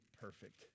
perfect